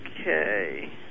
Okay